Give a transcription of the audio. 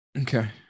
Okay